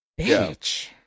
bitch